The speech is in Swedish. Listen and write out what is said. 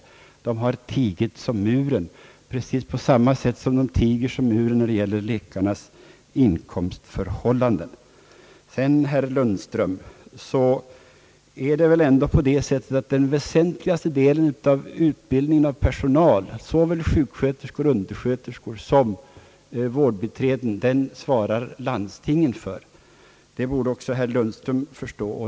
De har tigit som muren, precis på samma sätt som de tiger som muren när det gäller läkarnas inkomstförhållanden. Till herr Lundström vill jag säga att väl ändå landstingen svarar för den väsentligaste delen av utbildningen beträffande personal, såväl sköterskor och undersköterskor som vårdbiträden. Det borde också herr Lundström förstå.